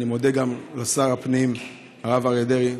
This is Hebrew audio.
אני מודה גם לשר הפנים הרב אריה דרעי,